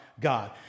God